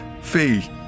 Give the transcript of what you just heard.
Fee